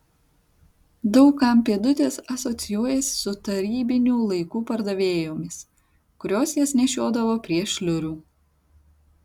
daug kam pėdutės asocijuojasi su tarybinių laikų pardavėjomis kurios jas nešiodavo prie šliurių